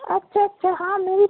اچھا اچھا ہاں ملک